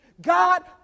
God